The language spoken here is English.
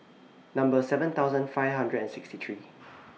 Number seven thousand five hundred and sixty three